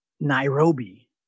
Nairobi